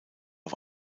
auf